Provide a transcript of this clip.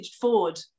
Ford